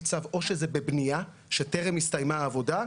צו או שזה בבנייה שטרם הסתיימה העבודה,